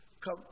Come